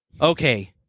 Okay